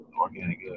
organic